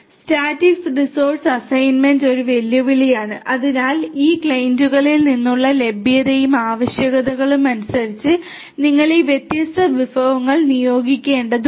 static resource assignment ഒരു വെല്ലുവിളിയാണ് അതിനാൽ ഈ ക്ലയന്റുകളിൽ നിന്നുള്ള ലഭ്യതയും ആവശ്യകതകളും അനുസരിച്ച് നിങ്ങൾ ഈ വ്യത്യസ്ത വിഭവങ്ങൾ നിയോഗിക്കേണ്ടതുണ്ട്